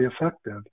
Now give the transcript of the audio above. effective